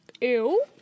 Ew